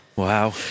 Wow